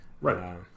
right